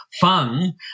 fun